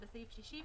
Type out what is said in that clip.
בסעיף 60,